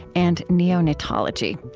and neonatology.